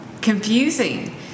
confusing